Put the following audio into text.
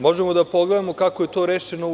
Možemo da pogledamo kako je to rešeno u EU.